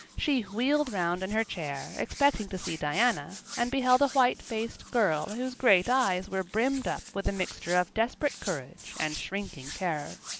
she wheeled around in her chair, expecting to see diana, and beheld a white-faced girl whose great eyes were brimmed up with a mixture of desperate courage and shrinking terror.